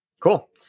Cool